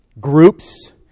groups